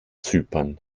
zypern